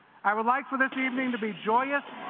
i would like for this evening to be joyous,